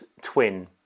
twin